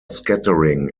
scattering